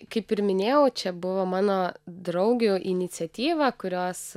kaip ir minėjau čia buvo mano draugių iniciatyva kurios